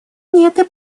планеты